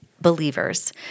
believers